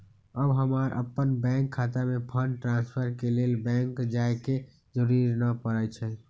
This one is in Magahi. अब हमरा अप्पन बैंक खता में फंड ट्रांसफर के लेल बैंक जाय के जरूरी नऽ परै छइ